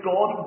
God